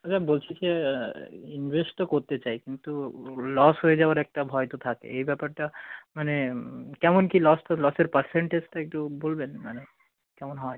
আচ্ছা বলছি যে ইনভেস্ট তো করতে চাই কিন্তু লস হয়ে যাওয়ার একটা ভয় তো থাকে এই ব্যাপারটা মানে কেমন কী লস তো লসের পার্সেন্টেজটা একটু বলবেন মানে কেমন হয়